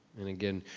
and again,